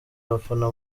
abafana